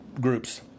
groups